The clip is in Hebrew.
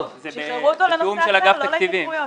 זה בתיאום של אגף התקציבים.